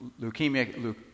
Leukemia